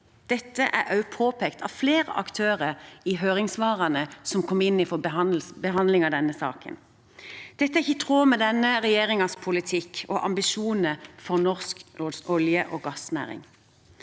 Dette er også påpekt av flere aktører i høringssvarene som kom inn i forbindelse med behandlingen av denne saken. Dette er ikke i tråd med denne regjeringens politikk og ambisjoner for norsk olje- og gassnæring.